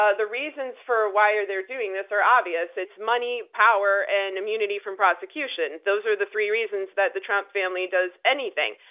ah the reasons for why they're doing this are obvious it's money, power, and immunity from prosecution. those are the three reasons that the trump family does anything.